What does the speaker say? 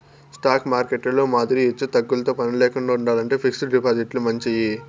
stock మార్కెట్టులో మాదిరి ఎచ్చుతగ్గులతో పనిలేకండా ఉండాలంటే ఫిక్స్డ్ డిపాజిట్లు మంచియి